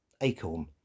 Acorn